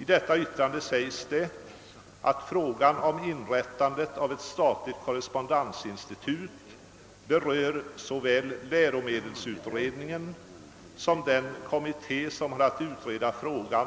I detta yttrande säges det att frågan om att »inrätta ett statligt korrespondensinstitut berör dels den pågående läromedelsutredningen, dels den kommitté, som tillkallats ——— med uppdrag att utreda frågan